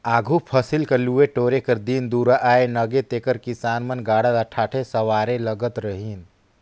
आघु फसिल कर लुए टोरे कर दिन दुरा आए नगे तेकर किसान मन गाड़ा ल ठाठे सवारे लगत रहिन